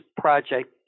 project